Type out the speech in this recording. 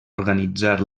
organitzar